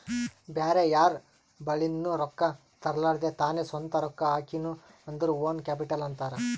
ಬ್ಯಾರೆ ಯಾರ್ ಬಲಿಂದ್ನು ರೊಕ್ಕಾ ತರ್ಲಾರ್ದೆ ತಾನೇ ಸ್ವಂತ ರೊಕ್ಕಾ ಹಾಕಿನು ಅಂದುರ್ ಓನ್ ಕ್ಯಾಪಿಟಲ್ ಅಂತಾರ್